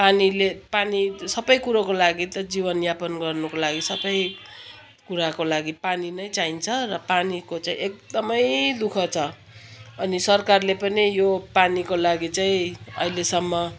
पानीले पानी सबै कुरोको लागि त जीवन यापन गर्नुको लागि सबै कुराको लागि पानी नै चाहिन्छ र पानीको चाहिँ एकदमै दुःख छ अनि सरकारले पनि यो पानीको लागि चाहिँ अहिलेसम्म